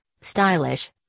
stylish